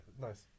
nice